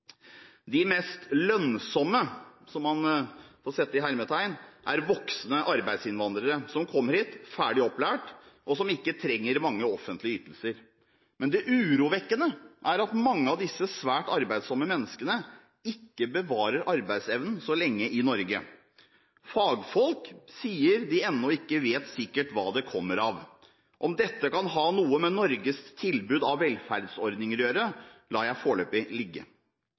De mest «lønnsomme» – man må sette det i hermetegn – er voksne arbeidsinnvandrere som kommer hit ferdig opplært, og som ikke trenger mange offentlige ytelser. Men det urovekkende er at mange av disse svært arbeidsomme menneskene ikke bevarer arbeidsevnen så lenge i Norge. Fagfolk sier de ennå ikke vet sikkert hva det kommer av. Om dette kan ha noe med Norges tilbud av velferdsordninger å gjøre, lar jeg foreløpig ligge,